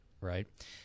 right